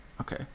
Okay